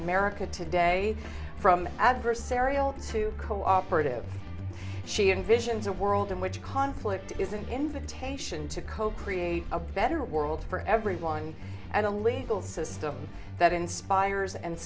america today from adversarial to cooperative she envisions a world in which conflict is an invitation to co create a better world for everyone and a legal system that inspires and